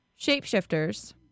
shapeshifters